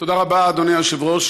תודה רבה, אדוני היושב-ראש.